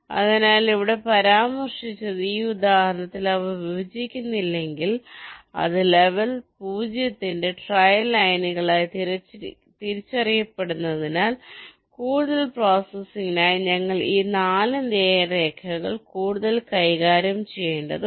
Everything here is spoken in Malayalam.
അതിനാൽ ഇവിടെ പരാമർശിച്ചത് ഈ ഉദാഹരണത്തിൽ അവ വിഭജിക്കുന്നില്ലെങ്കിൽ അത് ലെവൽ 0 ന്റെ ട്രയൽ ലൈനുകളായി തിരിച്ചറിയപ്പെടുന്നതിനാൽ കൂടുതൽ പ്രോസസ്സിംഗിനായി ഞങ്ങൾ ഈ 4 നേർരേഖകൾ കൂടുതൽ കൈകാര്യം ചെയ്യേണ്ടതുണ്ട്